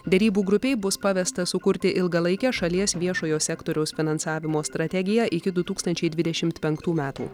derybų grupei bus pavesta sukurti ilgalaikę šalies viešojo sektoriaus finansavimo strategiją iki du tūkstančiai dvidešimt penktų metų